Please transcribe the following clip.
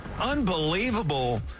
unbelievable